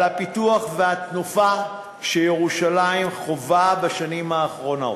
על הפיתוח והתנופה שירושלים חווה בשנים האחרונות.